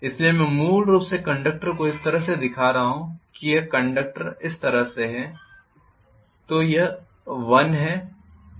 इसलिए मैं मूल रूप से कंडक्टरों को इस तरह से दिखा रहा हूं कि यह कंडक्टर इस तरह से हैं